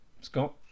scott